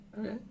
Okay